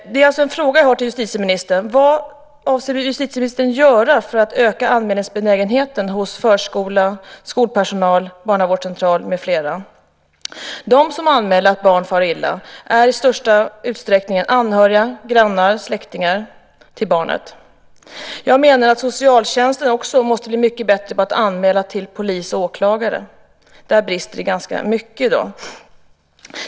Min fråga är därför: Vad avser justitieministern att göra för att öka anmälningsbenägenheten hos förskola, skolpersonal, barnavårdscentraler med flera? De som anmäler att barn far illa är i största utsträckning anhöriga, grannar och släktingar till barnet. Jag menar att också socialtjänsten måste bli mycket bättre på att anmäla till polis och åklagare. Där brister det ganska mycket i dag.